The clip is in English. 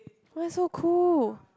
why so cool